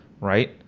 right